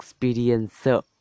experiencer